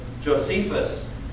Josephus